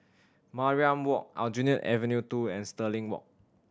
Mariam Walk Aljunied Avenue Two and Stirling Walk